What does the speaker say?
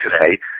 today